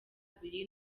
abiri